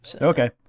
Okay